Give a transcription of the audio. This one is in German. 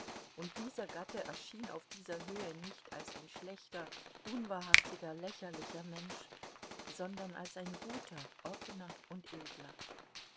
und dieser gatte erschien auf dieser höhe nicht als ein schlechter unwahrhaftiger lächerlicher mensch sondern als ein guter offener und edler